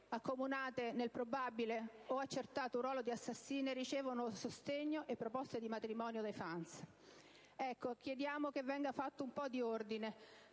accomunate nel probabile o accertato ruolo di assassine, ricevono sostegno e proposte di matrimonio dai fan. Ecco, chiediamo che venga fatto un po' di ordine